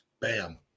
bam